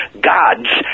gods